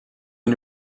une